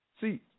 See